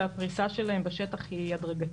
והפריסה שלהם בשטח הדרגתית.